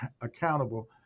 accountable